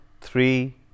three